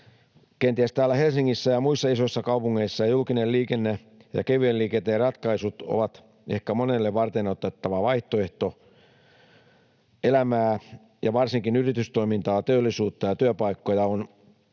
Täällä Helsingissä ja muissa isoissa kaupungeissa julkinen liikenne ja kevyen liikenteen ratkaisut ovat ehkä monelle varteenotettava vaihtoehto — elämää ja varsinkin yritystoimintaa, teollisuutta ja työpaikkoja on kuitenkin